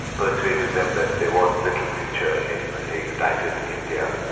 persuaded them that there was little future in a united india.